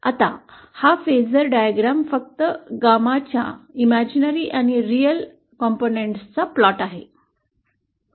आता हा फॅसर चित्र फक्त ℾ च्या काल्पनिक आणि वास्तविक घटकांचा कथानक आहे